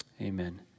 amen